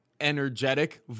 energetic